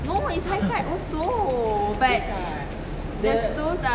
no is high cut also but the soles are